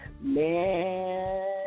Man